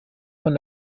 von